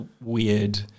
weird